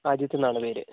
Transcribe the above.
അജിത്ത് എന്നാണ് പേര്